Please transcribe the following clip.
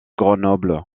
grenoble